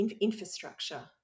infrastructure